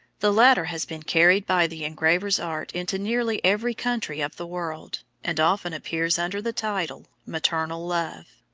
the latter has been carried by the engraver's art into nearly every country of the world, and often appears under the title, maternal love.